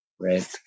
right